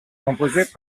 composées